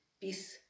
peace